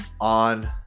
on